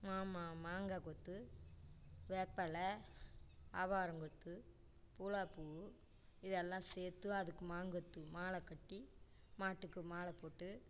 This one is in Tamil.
மா மா மாங்காக் கொத்து வேப்பலை ஆவாரங்கொத்து பூளாப்பூ இதெல்லாம் சேர்த்து அதுக்கு மாங்கொத்து மாலை கட்டி மாட்டுக்கு மாலைப் போட்டு